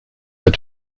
pas